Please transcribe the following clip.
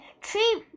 tree